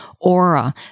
aura